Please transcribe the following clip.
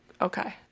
Okay